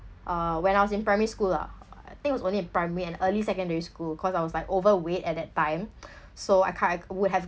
err when I was in primary school lah I think was only in primary and early secondary school cause I was like overweight at that time so I can't I would have